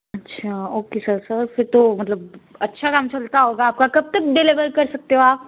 ਅੱਛਾ okay sir sir ਫਿਰ ਤੋ ਮਤਲਬ ਅੱਛਾ ਕਾਮ ਚਲਤਾ ਹੋਗਾ ਆਪਕਾ ਕਬ ਤੱਕ ਡਿਲਿਵਰ ਕਰ ਸਕਤੇ ਹੋ ਆਪ